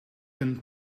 een